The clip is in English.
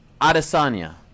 Adesanya